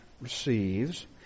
receives